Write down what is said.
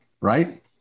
right